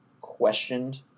questioned